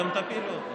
אתם תפילו אותו.